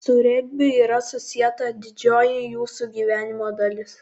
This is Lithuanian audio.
su regbiu yra susieta didžioji jūsų gyvenimo dalis